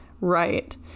right